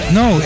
no